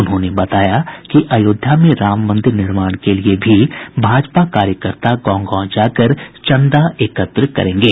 उन्होंने बताया कि अयोध्या में राम मंदिर निर्माण के लिए भी भाजपा कार्यकर्ता गांव गांव जाकर चंदा एकत्र करेंगे